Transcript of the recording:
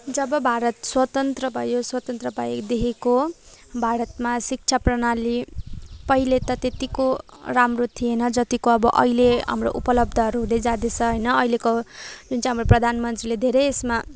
जब भारत स्वतन्त्र भयो स्वतन्त्र भएदेखिको भारतमा शिक्षा प्रणाली पहिले त त्यत्तिको राम्रो थिएन जतिको अब अहिले हाम्रो उपलब्धहरू हुँदै जाँदैछ होइन अहिलेको जुन चाहिँ हाम्रो प्रधानमन्त्रीले धेरै यसमा